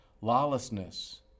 Lawlessness